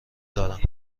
دارم